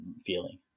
feeling